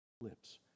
Lips